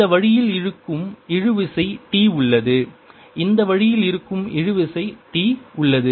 இந்த வழியில் இழுக்கும் இழுவிசை T உள்ளது இந்த வழியில் இழுக்கும் இழுவிசை T உள்ளது